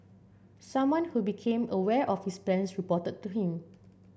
someone who became aware of his plans reported to him